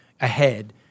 ahead